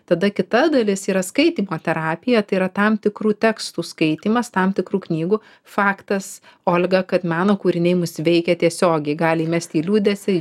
tada kita dalis yra skaitymo terapija tai yra tam tikrų tekstų skaitymas tam tikrų knygų faktas olga kad meno kūriniai mus veikia tiesiogiai gali įmesti į liūdesį